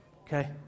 okay